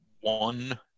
one